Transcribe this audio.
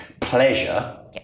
pleasure